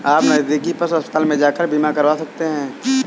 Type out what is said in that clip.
आप नज़दीकी पशु अस्पताल में जाकर बीमा करवा सकते है